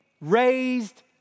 raised